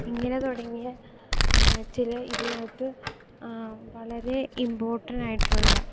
ഇങ്ങനെ തൊടങ്ങിയ ചില ഇതിനകത്ത് വളരെ ഇമ്പോർട്ടൻറ്റായിട്ടൊള്ള